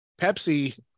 Pepsi